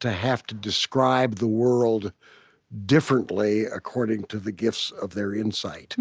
to have to describe the world differently according to the gifts of their insight.